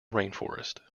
rainforest